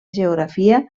geografia